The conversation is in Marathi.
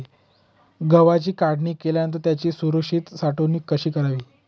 गव्हाची काढणी केल्यानंतर त्याची सुरक्षित साठवणूक कशी करावी?